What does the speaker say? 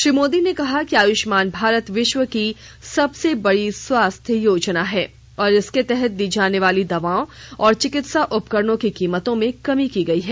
श्री मोदी ने कहा कि आयुष्मान भारत विश्व की सबसे बड़ी स्वास्थ्य योजना है और इसके तहत दी जाने वाली दवाओं तथा चिकित्सा उपकरणों की कीमतों में कमी की गई है